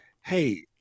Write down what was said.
Hey